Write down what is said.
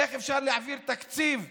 איך אפשר להעביר תקציב בשבוע?